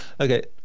okay